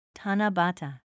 tanabata